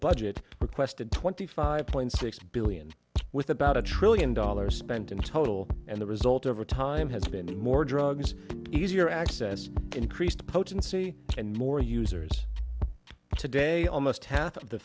budget requested twenty five point six billion with about a trillion dollars spent in total and the result over time has been more drugs easier access increased potency and more users today almost half of the